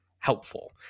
helpful